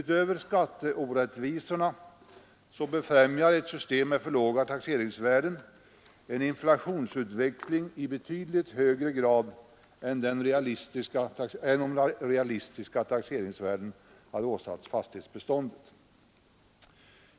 Utöver skatteorättvisorna främjar ett system med för låga taxeringsvärden en inflationsutveckling i betydligt högre grad än ett system som innebär att realistiska taxeringsvärden åsätts fastighetsbeståndet.